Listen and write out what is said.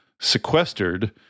sequestered